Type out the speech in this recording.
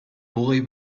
boy